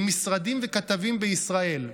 עם משרדים וכתבים בישראל,